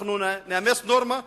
אנחנו נאמץ נורמה שוויונית.